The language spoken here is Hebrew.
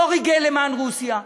לא ריגל למען רוסיה,